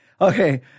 Okay